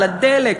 הדלק,